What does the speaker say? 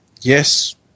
Yes